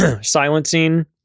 silencing